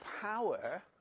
power